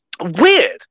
Weird